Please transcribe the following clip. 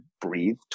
breathe